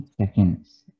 seconds